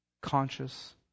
conscious